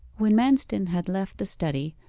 when manston had left the study,